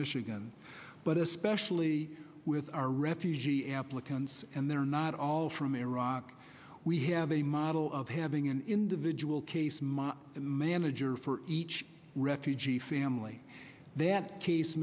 michigan but especially with our refugee applicants and they're not all from iraq we have a model of having an individual case my manager for each refugee family that case